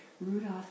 Rudolph